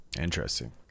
Interesting